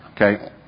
Okay